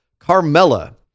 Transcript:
Carmella